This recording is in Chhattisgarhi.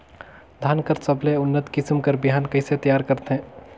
धान कर सबले उन्नत किसम कर बिहान कइसे तियार करथे?